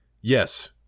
yes